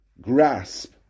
grasp